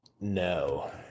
No